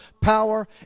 power